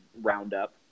roundup